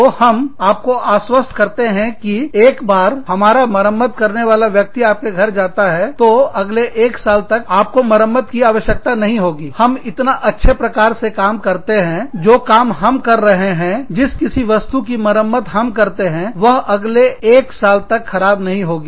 तो हम आपको आश्वस्त करते हैं कि एक बार हमारा मरम्मत करने वाला व्यक्ति आपके घर आता है तो अगले एक साल तक आपको मरम्मत की आवश्यकता है नहीं होगी हम इतना अच्छे प्रकार से काम करते हैं जो काम हम कर रहे हैं जिस किसी वस्तु की मरम्मत हम करते हैं वह अगले एक साल तक खराब नहीं होगा